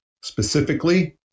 specifically